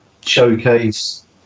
showcase